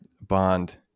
bond